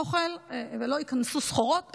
אדוני ראש הממשלה,